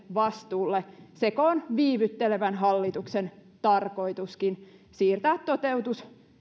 vastuulle sekö on viivyttelevän hallituksen tarkoituskin siirtää toteutus